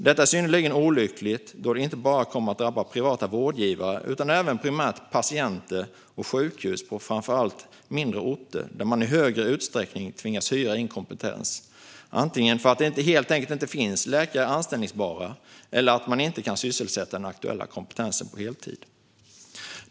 Detta är synnerligen olyckligt eftersom det inte bara kommer att drabba privata vårdgivare utan även primärt patienter och sjukhus på framför allt mindre orter där man i högre utsträckning tvingas hyra in kompetens, antingen för att det helt enkelt inte finns anställbara läkare eller för att man inte kan sysselsätta den aktuella kompetensen på heltid.